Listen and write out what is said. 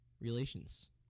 relations